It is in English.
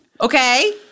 Okay